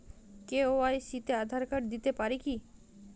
KYC তে Aadhaar card দিতে পারি কি?